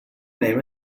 name